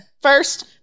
first